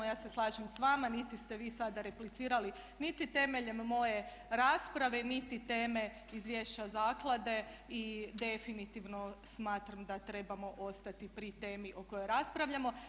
Ja se slažem sa vama, niti ste vi sada replicirali niti temeljem moje rasprave niti teme izvješća zaklade i definitivno smatram da trebamo ostati pri temi o kojoj raspravljamo.